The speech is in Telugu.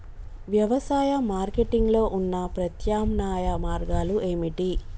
వ్యవసాయ మార్కెటింగ్ లో ఉన్న ప్రత్యామ్నాయ మార్గాలు ఏమిటి?